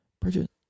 Bridget